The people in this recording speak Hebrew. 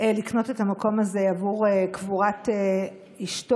לקנות את המקום הזה עבור קבורת אשתו,